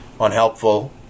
unhelpful